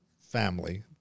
family